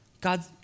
God